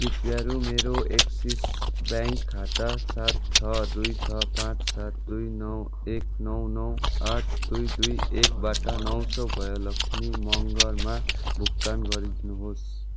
कृपया रु मेरो एक्सिस ब्याङ्क खाता सात छ दुई छ पाँच सात दुई नौ एक नौ नौ आठ दुई दुई एकबाट नौ सौ भयलक्ष्मी मँगरमा भुक्तान गरिदिनुहोस्